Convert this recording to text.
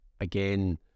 again